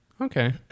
Okay